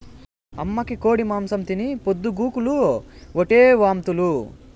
అమ్మకి కోడి మాంసం తిని పొద్దు గూకులు ఓటే వాంతులు